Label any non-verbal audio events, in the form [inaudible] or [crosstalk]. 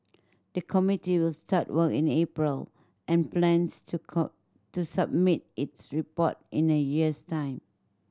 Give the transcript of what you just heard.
the committee will start work in April and plans to [unintelligible] to submit its report in a year's time